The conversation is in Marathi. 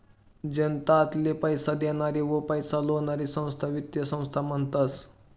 जनताले पैसा देनारी व पैसा लेनारी संस्थाले वित्तीय संस्था म्हनतस